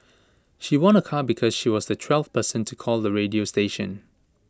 she won A car because she was the twelfth person to call the radio station